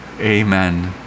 amen